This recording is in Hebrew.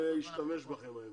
אני אשתמש בכם.